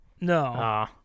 No